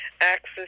access